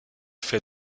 fais